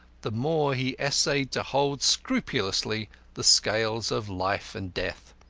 the more he essayed to hold scrupulously the scales of life and death.